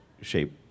shape